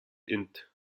int